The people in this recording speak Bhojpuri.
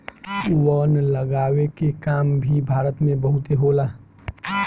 वन लगावे के काम भी भारत में बहुते होला